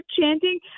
chanting